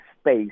space